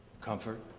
comfort